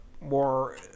more